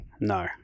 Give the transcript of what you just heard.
no